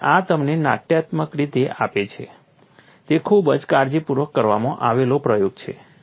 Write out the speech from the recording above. અને આ તમને નાટ્યાત્મક રીતે આપે છે તે ખૂબ જ કાળજીપૂર્વક કરવામાં આવેલો પ્રયોગ છે